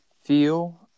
feel